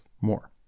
more